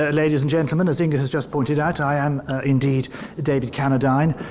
ah ladies and gentlemen. as inge has just pointed out, i am indeed david cannadine.